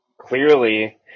clearly